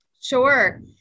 Sure